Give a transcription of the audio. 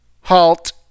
Halt